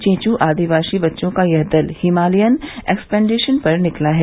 चेंचू आदिवासी बच्चों का यह दल हिमालयन एक्सपेडीशन पर निकला है